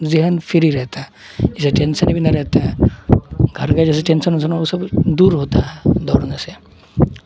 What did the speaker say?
ذہن فری رہتا ہے اس سے ٹینسن بھی نہ رہتا ہے گھر کا جیسے ٹینسن وسن وہ سب دور ہوتا ہے دوڑنے سے